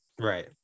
right